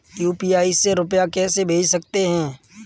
UPI से रुपया कैसे भेज सकते हैं?